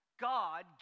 God